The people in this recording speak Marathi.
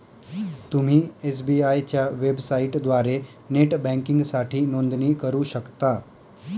तुम्ही एस.बी.आय च्या वेबसाइटद्वारे नेट बँकिंगसाठी नोंदणी करू शकता